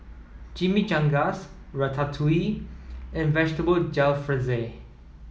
Chimichangas Ratatouille and Vegetable Jalfrezi